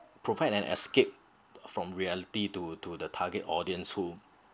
provides an escape from reality to to the target audience who